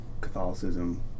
Catholicism